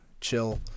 chill